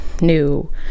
new